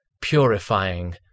purifying